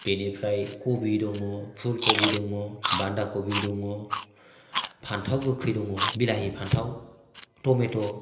बेनिफ्राय कबि दङ फुलकबि दङ बान्दा कबि दङ फान्थाव गोखै दङ बिलाहि फान्थाव टमेट'